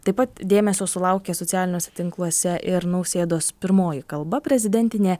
taip pat dėmesio sulaukė socialiniuose tinkluose ir nausėdos pirmoji kalba prezidentinė